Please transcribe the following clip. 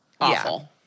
awful